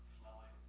flowing,